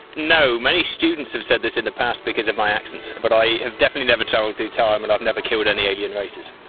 no. many students have said this in the past because of my accent but i have definitely never travelled through time and i've never killed any alien races.